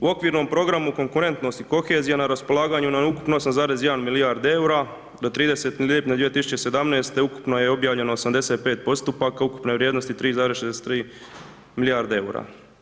U okvirnom programu konkurentnosti kohezije na raspolaganju nam je ukupno 8,1 milijarda eura do 30. lipnja 2017. ukupno je objavljeno 85 postupaka ukupne vrijednosti 3,63 milijarde eura.